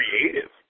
creative